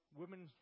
women